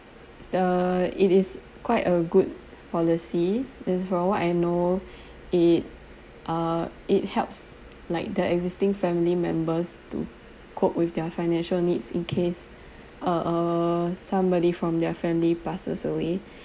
the it is quite a good policy as for what I know it uh it helps like the existing family members to cope with their financial needs in case uh err somebody from their family passes away